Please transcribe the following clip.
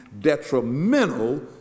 detrimental